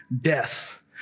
death